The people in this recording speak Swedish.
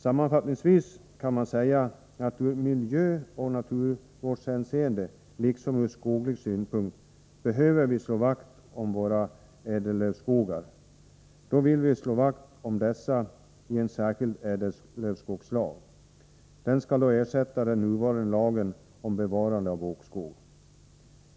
Sammanfattningsvis kan man säga att vi i miljöoch naturvårdshänseende, liksom från skoglig synpunkt, behöver slå vakt om våra ädellövskogar. Det vill vi göra i en särskild ädellövskogslag, som kommer att ersätta den nuvarande lagen om bevarande av bokskog.